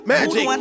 Magic